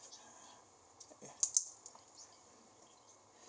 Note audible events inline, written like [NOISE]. [NOISE]